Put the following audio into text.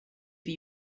for